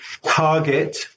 target